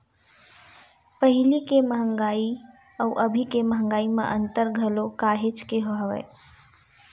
पहिली के मंहगाई अउ अभी के मंहगाई म अंतर घलो काहेच के हवय